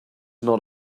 not